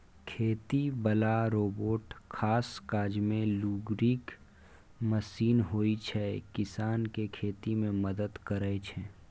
खेती बला रोबोट खास काजमे लुरिगर मशीन होइ छै किसानकेँ खेती मे मदद करय छै